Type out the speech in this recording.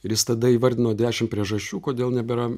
ir jis tada įvardino dešim priežasčių kodėl nebėra